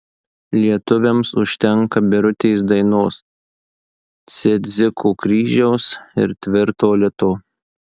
lietuviams užtenka birutės dainos cidziko kryžiaus ir tvirto lito